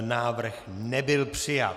Návrh nebyl přijat.